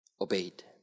obeyed